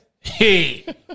Hey